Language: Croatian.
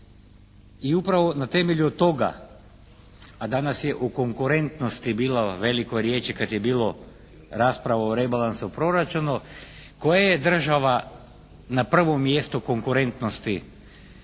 i upravo na temelju toga, a danas je u konkurentnosti bila velikoj riječi kad je bila rasprava o rebalansu proračuna koja je država na prvom mjestu konkurentnosti